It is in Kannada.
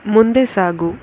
ಮುಂದೆ ಸಾಗು